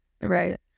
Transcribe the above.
right